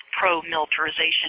pro-militarization